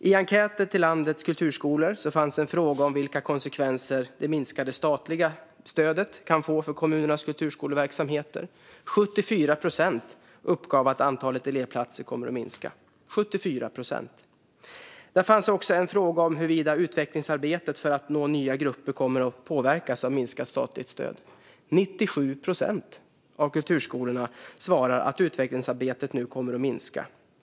I enkäten till landets kulturskolor fanns en fråga om vilka konsekvenser det minskade statliga stödet kan få för kommunernas kulturskoleverksamheter, och 74 procent uppgav att antalet elevplatser kommer att minska. Det fanns också en fråga om huruvida utvecklingsarbetet för att nå nya grupper kommer att påverkas av minskat statligt stöd. Där svarade 97 procent av kulturskolorna att utvecklingsarbetet nu kommer att minska.